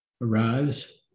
arrives